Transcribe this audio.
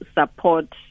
support